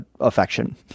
affection